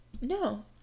No